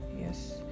Yes